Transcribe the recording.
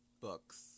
Books